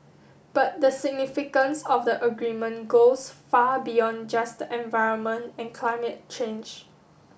but the significance of the agreement goes far beyond just the environment and climate change